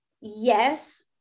yes